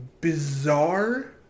bizarre